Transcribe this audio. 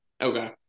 Okay